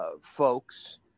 folks